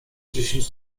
dziesięć